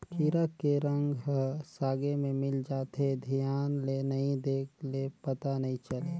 कीरा के रंग ह सागे में मिल जाथे, धियान ले नइ देख ले पता नइ चले